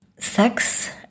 Sex